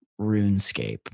RuneScape